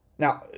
Now